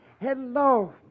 Hello